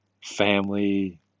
family